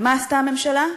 ומה עשתה הממשלה?